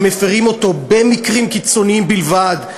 שמפרים אותו במקרים קיצוניים בלבד,